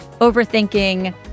overthinking